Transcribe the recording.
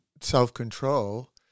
self-control